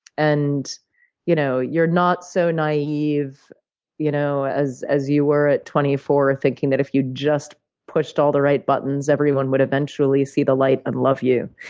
and you know you're not so naive you know as as you were at twenty four, thinking that if you just pushed all the right buttons, everyone would eventually see the light and love you.